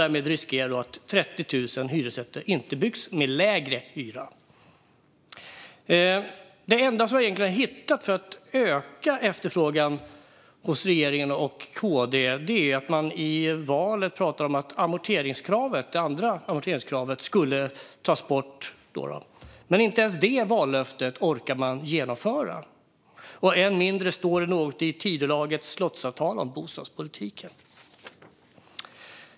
Därmed riskerar man att 30 000 hyresrätter inte byggs med lägre hyra. Det enda jag egentligen har hittat hos regeringen och KD när det gäller att öka efterfrågan är att man i valet pratade om att det andra amorteringskravet skulle tas bort, men inte ens det vallöftet orkar man genomföra. Än mindre står det något i Tidölagets slottsavtal om bostadspolitiken.